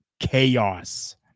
Chaos